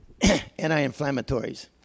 Anti-inflammatories